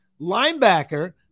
linebacker